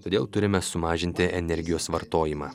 todėl turime sumažinti energijos vartojimą